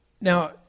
Now